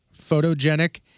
photogenic